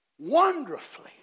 wonderfully